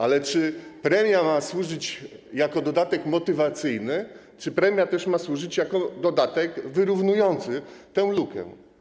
Ale czy premia ma służyć jako dodatek motywacyjny, czy też premia ma służyć jako dodatek wyrównujący tę lukę?